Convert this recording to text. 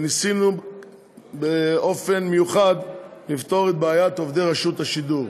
וניסינו במיוחד לפתור את בעיית רשות השידור.